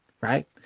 right